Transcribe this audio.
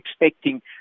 expecting